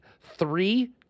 Three